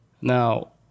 Now